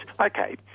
okay